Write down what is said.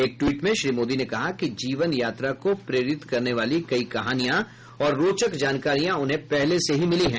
एक टवीट में श्री मोदी ने कहा कि जीवन यात्रा को प्रेरित करने वाली कई कहानियां और रोचक जानकारियां उन्हें पहले से ही मिली हैं